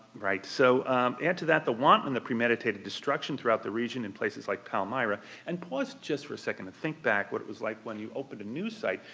right, so add to that the want and the premeditated destruction throughout the region in places like palmyra and plus just for a second think back what it was like when you opened a news site,